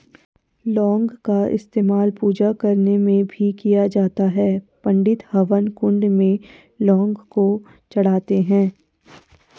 लौंग का इस्तेमाल पूजा करने में भी किया जाता है पंडित हवन कुंड में लौंग को चढ़ाते हैं